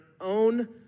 own